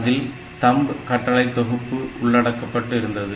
அதில் thumb கட்டளை தொகுப்பு உள்ளடக்கப்பட்டு இருந்தது